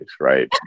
Right